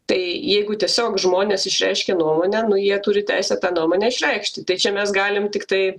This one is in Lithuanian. tai jeigu tiesiog žmonės išreiškė nuomonę nu jie turi teisę tą nuomonę išreikšti tai čia mes galim tiktai